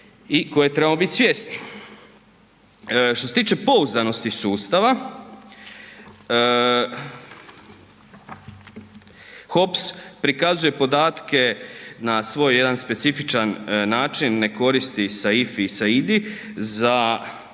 i koje trebamo bit svjesni. Što se tiče pouzdanosti sustava, HOPS prikazuje podatke na svoj jedan specifičan način, ne koristi SAIFI i SAIDI za